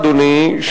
אדוני,